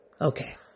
Okay